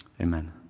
Amen